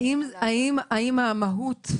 האם המהות,